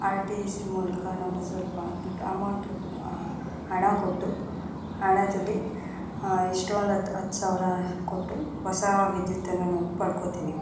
R T C ಮೂಲಕ ನಾವು ಸ್ವಲ್ಪ ದುಡ್ಡು ಅಮೌಂಟು ಹಣ ಕೊಟ್ಟು ಹಣದಲ್ಲಿ ಇಷ್ಟೋಂದು ಹತ್ತು ಹತ್ತು ಸಾವಿರ ಕೊಟ್ಟು ಹೊಸ ವಿದ್ಯುತ್ತನ್ನು ನಾವು ಪಡ್ಕೊತೀವಿ